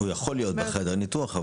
הוא יכול להיות בחדר ניתוח,